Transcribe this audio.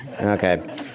Okay